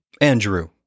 Andrew